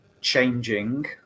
changing